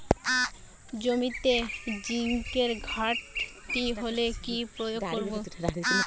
জমিতে জিঙ্কের ঘাটতি হলে কি প্রয়োগ করব?